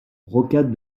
rocade